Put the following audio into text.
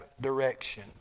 direction